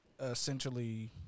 Essentially